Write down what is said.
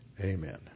Amen